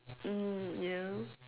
mm ya